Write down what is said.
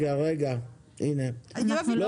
מה